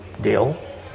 deal